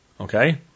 Okay